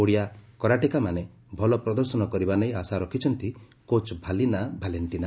ଓଡ଼ିଆ କରାଟେକାମାନେ ଭଲ ପ୍ରଦର୍ଶନ କରିବା ନେଇ ଆଶା ରଖିଛନ୍ତି କୋଚ୍ ଭାଲିନା ଭାଲେଷ୍ଟିନା